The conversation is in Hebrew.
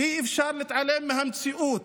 אי-אפשר להתעלם מהמציאות